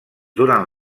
durant